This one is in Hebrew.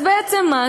אז בעצם מה?